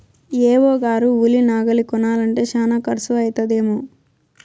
AO గారు ఉలి నాగలి కొనాలంటే శానా కర్సు అయితదేమో